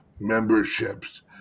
memberships